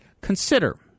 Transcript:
Consider